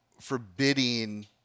forbidding